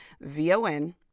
V-O-N